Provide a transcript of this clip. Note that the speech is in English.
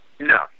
No